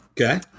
Okay